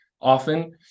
often